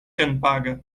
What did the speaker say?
senpaga